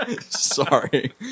sorry